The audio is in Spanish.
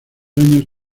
años